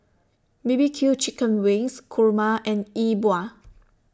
B B Q Chicken Wings Kurma and Yi Bua